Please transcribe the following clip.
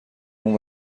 اون